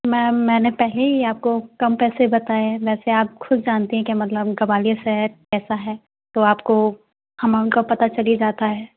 ma'am मैंने पहले ही आपको कम पैसे बताए हैं वैसे आप ख़ुद जानती हैं कि मतलब गवालियर शहर कैसा है तो आपको हमाउंट का पता चल ही जाता है